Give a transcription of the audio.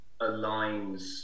aligns